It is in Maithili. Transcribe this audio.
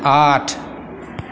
आठ